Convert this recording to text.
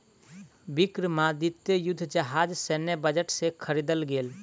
विक्रमादित्य युद्ध जहाज सैन्य बजट से ख़रीदल गेल